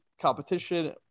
competition